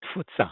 תפוצה